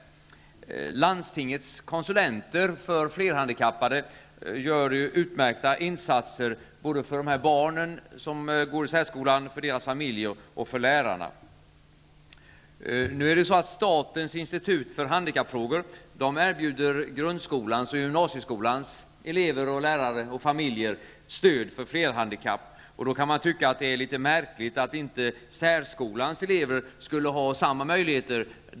Landstingets konsulenter för flerhandikappade gör utmärkta insatser både för barnen som går i särskolan, för deras familjer och för lärarna. Statens institut för handikappfrågor erbjuder grundskolans och gymnasieskolans elever, lärare och familjer stöd för flerhandikappade. Då kan man tycka att det är litet märkligt att inte särskolans elever skulle ha samma möjligheter.